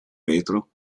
vetro